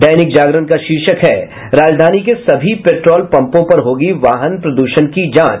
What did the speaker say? दैनिक जागरण का शीर्षक है राजधानी के सभी पेट्रोल पम्पों पर होगी वाहन प्रदूषण की जांच